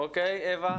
אוקיי, אווה.